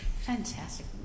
fantastic